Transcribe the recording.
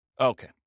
Okay